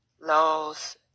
laws